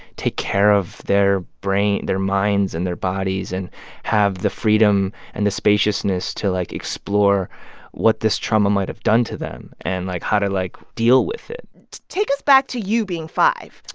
take care of their brain, their minds and their bodies and have the freedom and the spaciousness to, like, explore what this trauma might have done to them and, like, how to, like, deal with it take us back to you being five.